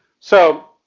so,